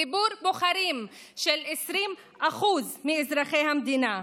ציבור בוחרים של 20% מאזרחי המדינה.